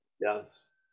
Yes